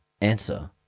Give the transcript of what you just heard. Answer